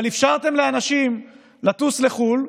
אבל אפשרתם לאנשים לטוס לחו"ל,